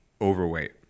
overweight